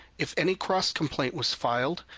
if any cross complaint was filed,